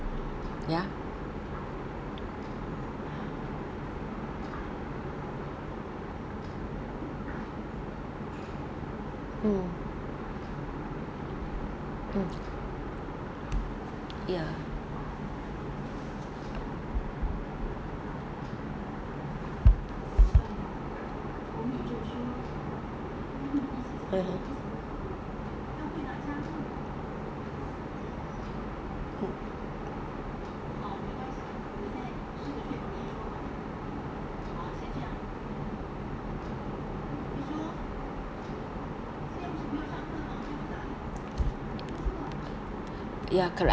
ya mm mm ya (uh huh) hmm ya correct